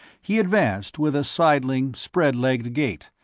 he advanced with a sidling, spread-legged gait,